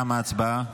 תמה ההצבעה.